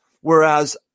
Whereas